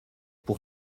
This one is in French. pour